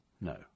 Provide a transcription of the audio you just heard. No